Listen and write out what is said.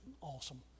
awesome